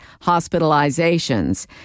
hospitalizations